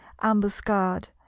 ambuscade